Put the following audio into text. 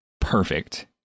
perfect